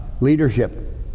leadership